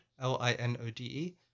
L-I-N-O-D-E